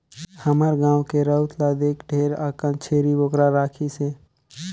हमर गाँव के राउत ल देख ढेरे अकन छेरी बोकरा राखिसे